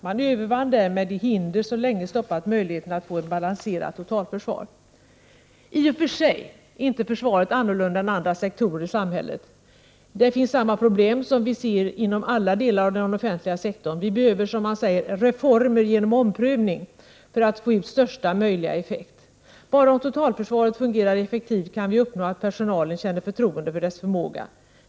Man övervann därmed de hinder som länge stoppat möjligheterna att få ett balanserat totalförsvar. I och för sig är inte försvaret annorlunda än andra sektorer av samhället. Där finns samma problem som vi ser inom alla delar av den offentliga sektorn. Vi behöver ”reformer genom omprövning” för att få ut största möjliga effekt. Bara om totalförsvaret fungerar effektivt kan vi uppnå att personalen känner förtroende för dess förmåga.